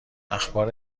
اخبار